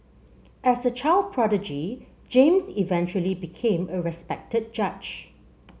as a child prodigy James eventually became a respected judge